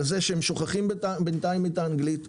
שהם שוכחים בינתיים את האנגלית,